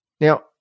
Now